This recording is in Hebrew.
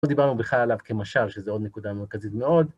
לא דיברנו בכלל עליו כמשל, שזה עוד נקודה מרכזית מאוד.